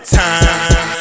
time